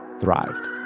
thrived